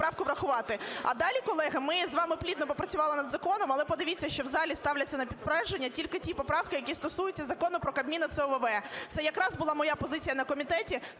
Дякую.